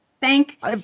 thank